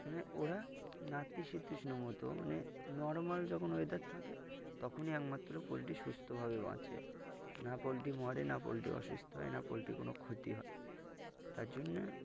মানে ওরা নাতিশীতোষ্ণ মতো মানে নর্মাল যখন ওয়েদার থাকে তখনই একমাত্র পোলট্রী সুস্থভাবে বাঁচে না পোলট্রি মরে না পোলট্রী অসুস্থ হয় না পোলট্রী কোনো ক্ষতি হয় তার জন্যে